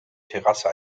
terrasse